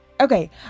Okay